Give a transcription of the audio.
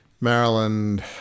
Maryland